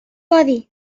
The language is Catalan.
codi